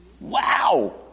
Wow